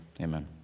amen